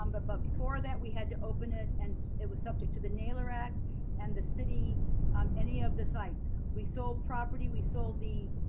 um but but before that we had to open it and it was subject to the nailer act and the city on any of the sites. we sold property. we sold